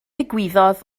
ddigwyddodd